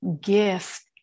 gift